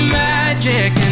magic